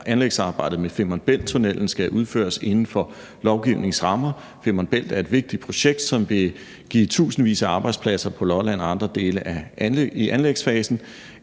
anlægsarbejdet med Femern Bælt-tunnellen skal udføres inden for lovgivningens rammer. Femern Bælt er et vigtigt projekt, som vil give tusindvis af arbejdspladser på Lolland og andre steder i anlægsfasen.